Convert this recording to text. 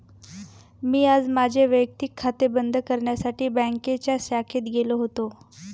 मी आज माझे वैयक्तिक खाते बंद करण्यासाठी बँकेच्या शाखेत गेलो होतो